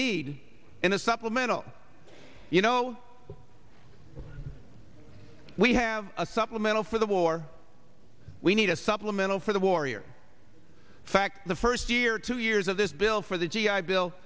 need in a supplemental you know we have a supplemental for the war we need a supplemental for the warrior fact the first year two years of this bill for the g i bill